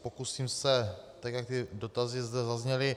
Pokusím se, tak jak ty dotazy zde zazněly.